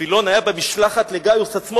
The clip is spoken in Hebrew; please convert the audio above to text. פילון היה במשלחת לגאיוס עצמו,